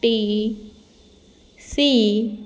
T C